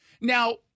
Now